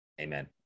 Amen